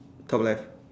top left